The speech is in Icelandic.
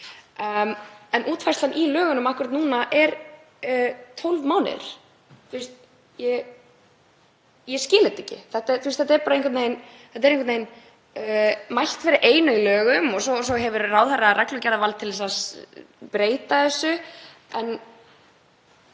en útfærslan í lögunum akkúrat núna er 12 mánuðir. Ég skil þetta ekki. Það er bara einhvern veginn mælt fyrir einu í lögum og svo hefur ráðherra reglugerðarvald til að breyta þessu.